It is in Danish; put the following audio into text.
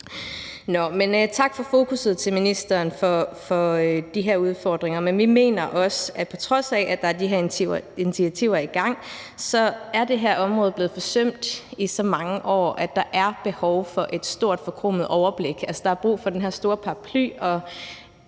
for fokusset på de her udfordringer, men vi mener også, at på trods af at der er de her initiativer i gang, så er det her område blevet forsømt i så mange år, at der er behov for et stort forkromet overblik. Altså, der er brug for den her store paraply